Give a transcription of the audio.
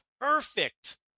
perfect